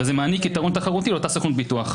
וזה מעניק יתרון תחרותי לאותה סוכנות ביטוח.